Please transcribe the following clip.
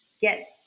get